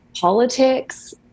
politics